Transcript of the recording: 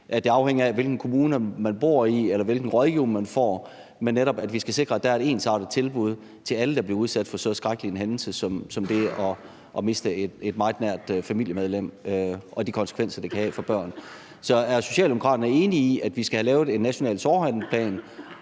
det afhænger af, hvilken kommune man bor i, eller hvilken rådgivning man får, men at vi netop skal sikre, at der er et ensartet tilbud til alle, der bliver udsat for så skrækkelig en hændelse som det at miste et meget nært familiemedlem – de konsekvenser, det kan have for børn. Så mit spørgsmål til ordføreren er: Er Socialdemokraterne enige i, at vi skal have lavet en national sorghandleplan,